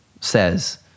says